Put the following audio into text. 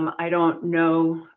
um i don't know.